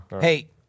Hey